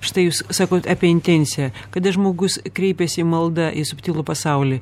štai jūs sakot apie intenciją kada žmogus kreipiasi malda į subtilų pasaulį